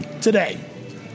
Today